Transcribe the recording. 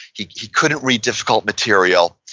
he he couldn't read difficult material.